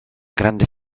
grande